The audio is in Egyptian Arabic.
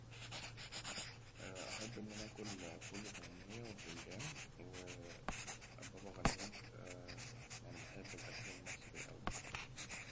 أحب إن أنا أكل فول وطعمية وبتنجان وبابا غنوج، و يعني بحب الأكل المصري أوي.